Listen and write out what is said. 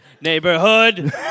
Neighborhood